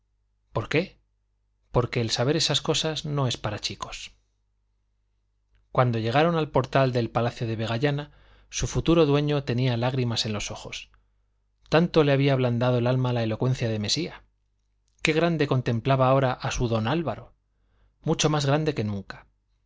por qué porque el saber esas cosas no es para chicos cuando llegaron al portal del palacio de vegallana su futuro dueño tenía lágrimas en los ojos tanto le había ablandado el alma la elocuencia de mesía qué grande contemplaba ahora a su don álvaro mucho más grande que nunca